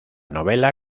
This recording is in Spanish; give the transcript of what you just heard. novela